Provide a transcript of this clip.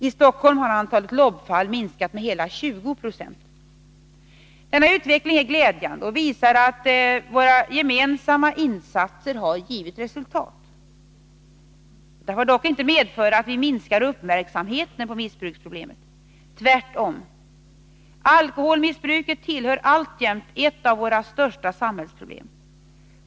I Stockholm har antalet LOB-fall minskat med hela 20 90. Denna utveckling är glädjande och visar att våra gemensamma insatser har givit resultat. Detta får dock inte medföra att vi minskar uppmärksamheten på missbruksproblemet. Tvärtom. Alkoholmissbruket är alltjämt ett av våra största samhällsproblem.